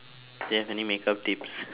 do you have any makeup tips